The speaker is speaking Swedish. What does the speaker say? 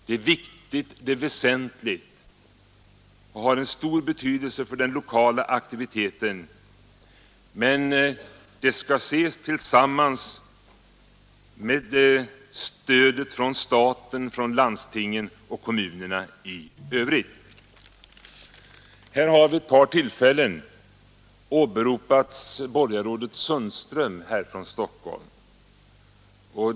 Det är viktigt, det är väsentligt, det har en stor betydelse för den lokala aktiviteten, men det skall ses tillsammans med stödet i övrigt från staten, från landstingen och från kommunerna. Man har vid ett par tillfällen här åberopat borgarrådet Sundström i Stockholm.